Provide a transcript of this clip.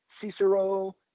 Cicero